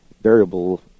variable